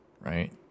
right